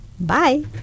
Bye